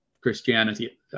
Christianity